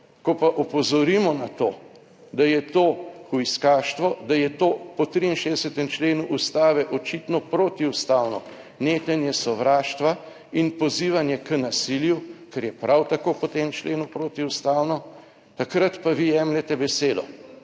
ko pa opozorimo na to, da je to hujskaštvo, da je to po 63. členu Ustave očitno protiustavno netenje sovraštva in pozivanje k nasilju, kar je prav tako po tem členu protiustavno, takrat pa vi jemljete besedo.